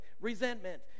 resentment